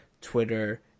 Twitter